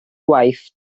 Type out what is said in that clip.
gwaith